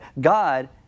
God